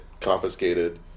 confiscated